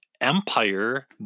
Empire